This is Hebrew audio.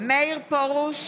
מאיר פרוש,